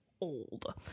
old